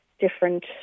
different